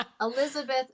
Elizabeth